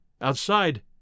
Outside